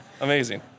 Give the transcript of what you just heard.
Amazing